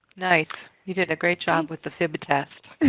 nice. you did a great job with the fib test.